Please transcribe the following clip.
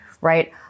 right